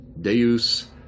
Deus